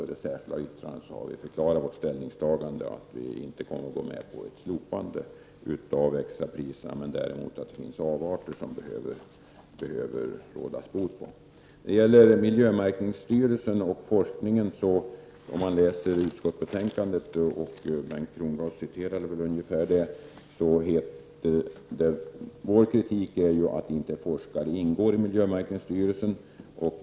I det särskilda yttrandet har vi förklarat vårt ställningstagande och att vi inte kommer att gå med på ett slopande av extrapriserna, men att det finns avarter. Så till frågan om miljömärkningsstyrelsen och forskningen. Om man läser utskottsbetänkandet, vilket väl var något som Bengt Kronblad citerade, så finner man att vår kritik grundar sig på det faktum att några forskare inte ingår i miljömärkningsstyrelsen.